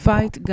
Fight